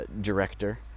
Director